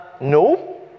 No